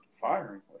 firing